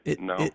No